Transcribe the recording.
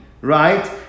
right